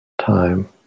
time